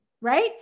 Right